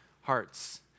hearts